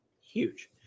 huge